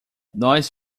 nós